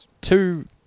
two